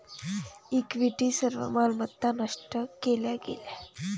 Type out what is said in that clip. equity सर्व मालमत्ता नष्ट केल्या गेल्या